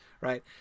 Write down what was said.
right